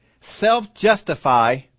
self-justify